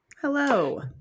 Hello